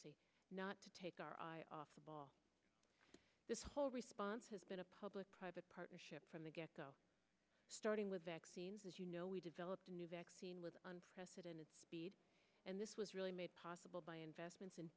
y not to take our eye off the ball this whole response has been a public private partnership from the get go starting with vaccines as you know we developed a new vaccine with unprecedented speed and this was really made possible by investments in